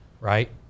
right